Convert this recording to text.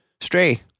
Stray